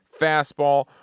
fastball